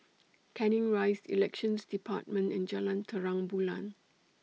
Canning Rise Elections department and Jalan Terang Bulan